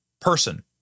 person